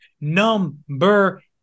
number